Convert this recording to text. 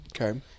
Okay